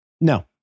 no